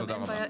תודה רבה.